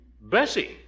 Bessie